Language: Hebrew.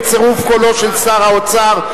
בצירוף קולו של שר האוצר,